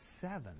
seven